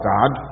God